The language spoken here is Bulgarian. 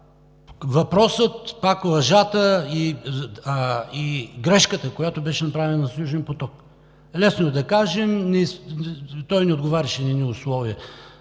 Въпросът пак за лъжата и грешката, която беше направена с „Южен поток“. Лесно е да кажем: той не отговаряше на едни условия